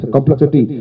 Complexity